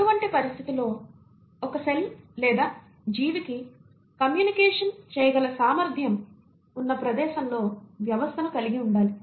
అటువంటి పరిస్థితిలో ఒక సెల్ లేదా జీవికి కమ్యూనికేషన్ చేయగల సామర్థ్యం ఉన్న ప్రదేశంలో వ్యవస్థను కలిగి ఉండాలి